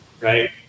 right